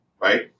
right